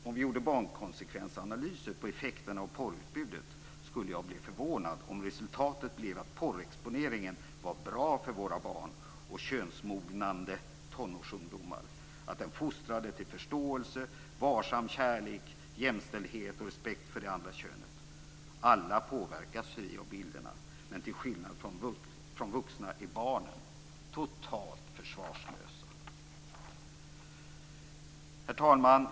Om vi gjorde barnkonsekvensanalyser på effekterna av porrutbudet skulle jag bli förvånad om resultatet blev att porrexponeringen var bra för våra barn och könsmognande tonårsungdomar, att den fostrade till förståelse, varsam kärlek, jämställdhet och respekt för det andra könet. Alla påverkas vi av bilderna, men till skillnad från vuxna är barnen totalt försvarslösa. Herr talman!